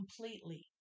completely